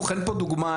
אין פה דוגמה.